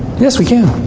yes, we can.